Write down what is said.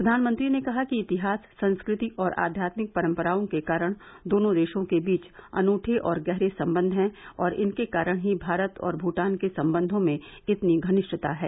प्रधानमंत्री ने कहा कि इतिहास संस्कृति और आध्यात्मिक परम्पराओं के कारण दोनों देशों के बीच अनूठे और गहरे संबंध हैं और इनके कारण ही भारत और भूटान के संबंधों में इतनी घनिष्ठता है